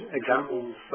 examples